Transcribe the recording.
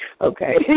Okay